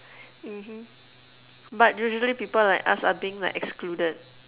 mmhmm but usually people like us are being like excluded